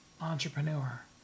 entrepreneur